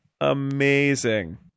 Amazing